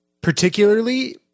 Particularly